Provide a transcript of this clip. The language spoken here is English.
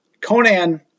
Conan